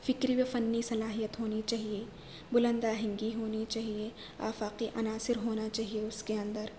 فکر و فنی صلاحیت ہو نی چاہیے بلند آہنگی ہو نی چاہیے آفاقی عناصر ہونا چاہیے اس کے اندر